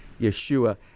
Yeshua